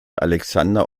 alexander